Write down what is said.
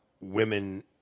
women